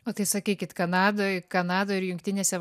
o tai sakykit kanadoj kanadoj ir jungtinėse